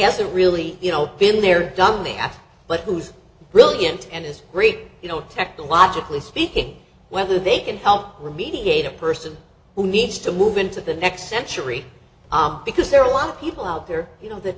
a really you know been there done that but who's brilliant and is great you know technologically speaking whether they can help remediate a person who needs to move into the next century because there are a lot of people out there you know th